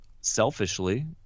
selfishly